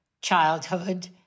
childhood